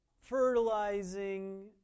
fertilizing